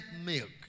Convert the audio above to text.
milk